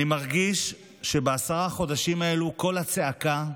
אני מרגיש שבעשרת החודשים האלו הצעקה,